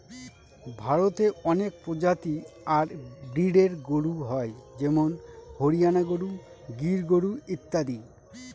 ভারতে অনেক প্রজাতি আর ব্রিডের গরু হয় যেমন হরিয়ানা গরু, গির গরু ইত্যাদি